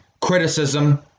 criticism